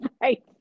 Right